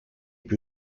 più